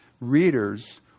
readers